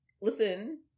listen